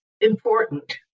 important